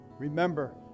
Remember